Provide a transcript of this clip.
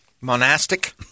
Monastic